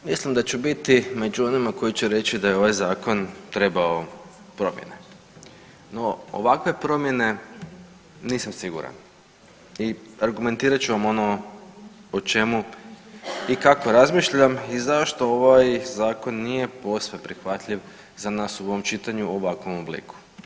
Mislim da ću biti među onima koji će reći da je ovaj zakon trebao promjene, no u ovakve promjene nisam siguran i argumentirat ću vam ono o čemu i kako razmišljam i zašto ovaj zakon nije posve prihvatljiv za nas u ovom čitanju u ovakvom obliku.